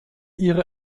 ihre